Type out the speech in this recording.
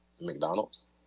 McDonald's